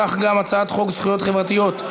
כך גם הצעת חוק זכויות חברתיות,